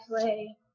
play